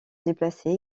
déplacer